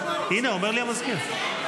המזכיר אומר לי.